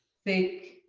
thick,